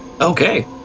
Okay